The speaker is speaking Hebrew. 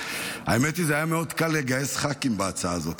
האמת היא: זה היה מאוד קל לגייס ח"כים בהצעה הזאת.